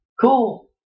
cool